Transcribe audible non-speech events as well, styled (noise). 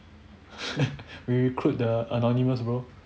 (laughs) we recruit the anonymous bro